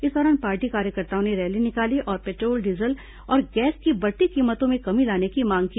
इस दौरान पार्टी कार्यकर्ताओं ने रैली निकाली और पेट्रोल डीजल तथा गैस की बढ़ती कीमतों में कमी लाने की मांग की